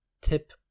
tip